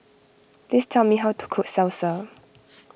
please tell me how to cook Salsa